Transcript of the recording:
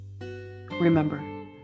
remember